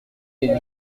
les